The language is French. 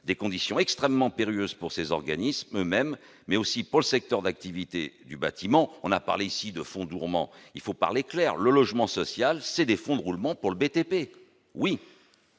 social extrêmement périlleuses pour ces organismes eux-mêmes, mais aussi pour le secteur d'activité du bâtiment- on a parlé de fonds de roulement ; parlons clair : le logement social, c'est des « fonds de roulement » pour le BTP